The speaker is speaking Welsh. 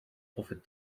hoffet